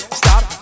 stop